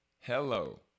hello